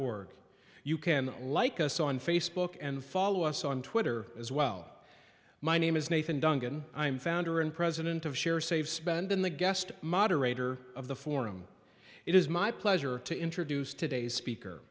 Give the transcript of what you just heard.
org you can like us on facebook and follow us on twitter as well my name is nathan dungan i'm founder and president of share save spend in the guest moderator of the forum it is my pleasure to introduce today's speaker